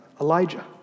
Elijah